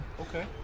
Okay